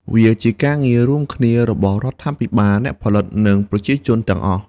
វាជាការងាររួមគ្នារបស់រដ្ឋាភិបាល អ្នកផលិត និងប្រជាជនទាំងអស់។